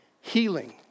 healing